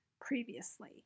previously